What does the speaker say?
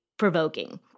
provoking